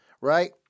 right